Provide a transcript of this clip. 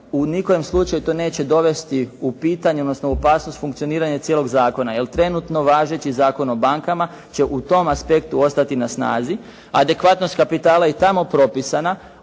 u ni kojem slučaju to neće dovesti u pitanje, odnosno u opasnost funkcioniranja cijelog zakona, jer trenutno važeći Zakon o bankama će u tom aspektu ostati na snazi. Adekvatnost kapitala je i tamo propisana.